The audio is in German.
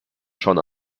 schon